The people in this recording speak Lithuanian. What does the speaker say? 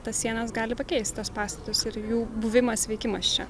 tas sienas gali pakeisti tuos pastatus ir jų buvimas veikimas čia